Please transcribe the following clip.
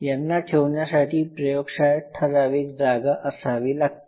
यांना ठेवण्यासाठी प्रयोगशाळेत ठराविक जागा असायला हवी